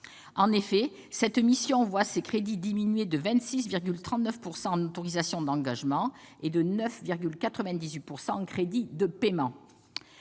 En effet, cette mission voit ses crédits diminuer de 26,39 % en autorisations d'engagement et de 9,98 % en crédits de paiement.